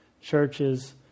churches